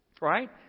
right